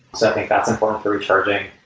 so think that's important for recharging.